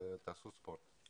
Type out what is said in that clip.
תעשו ספורט.